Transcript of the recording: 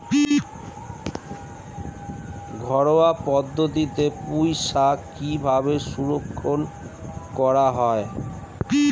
ঘরোয়া পদ্ধতিতে পুই শাক কিভাবে সংরক্ষণ করা হয়?